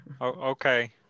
okay